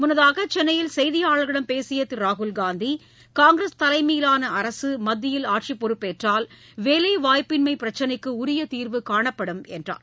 முன்னதாக சென்னையில் செய்தியாளர்களிடம் பேசிய திரு ராகுல் காந்தி காங்கிரஸ் தலைமையிலாள அரசு மத்தியில் ஆட்சி பொறுப்பேற்றால் வேலைவாய்ப்பின்மை பிரச்சினைக்கு உரிய தீர்வு காணப்படும் என்றார்